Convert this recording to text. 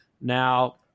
Now